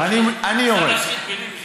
סתם להשחית מילים,